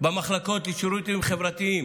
במחלקות לשירותים חברתיים,